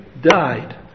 Died